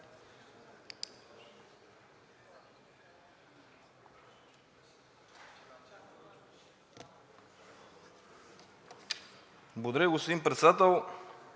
Благодаря, господин Председател.